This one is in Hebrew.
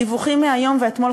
הדיווחים מהיום ואתמול,